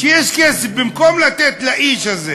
במקום לתת לאיש הזה